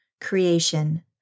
Creation